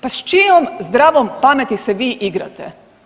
Pa s čijom zdravom pameti se vi igrate?